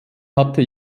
hatte